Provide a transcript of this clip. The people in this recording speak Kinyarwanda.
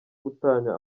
gatanya